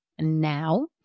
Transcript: now